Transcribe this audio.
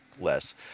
less